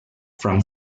from